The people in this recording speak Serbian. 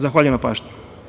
Zahvaljujem na pažnji.